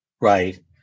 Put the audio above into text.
right